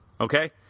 Okay